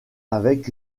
avec